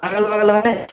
अगल बगलमे नहि हेतै